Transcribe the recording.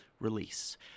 release